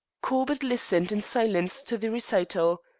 corbett listened in silence to the recital.